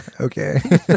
Okay